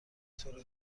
طور